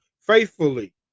faithfully